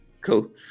cool